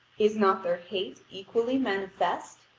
is not their hate equally manifest?